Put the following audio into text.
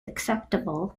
acceptable